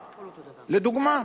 לדוגמה.